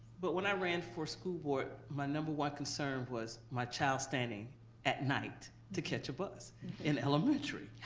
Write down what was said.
but when i ran for school board my number one concern was my child standing at night to catch a bus in elementary.